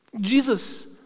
Jesus